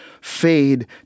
fade